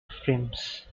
firms